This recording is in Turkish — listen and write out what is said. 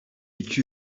iki